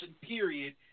period